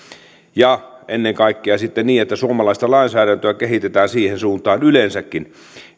ja ennen kaikkea sitten se että suomalaista lainsäädäntöä kehitetään siihen suuntaan yleensäkin